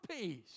peace